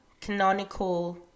canonical